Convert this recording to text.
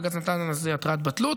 בג"ץ נתן על זה התראת בטלות,